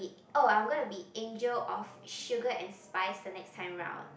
oh I am gonna to be angel of sugar and spice the next time round